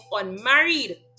unmarried